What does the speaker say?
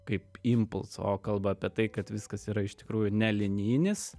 kaip impulso o kalba apie tai kad viskas yra iš tikrųjų ne linijinis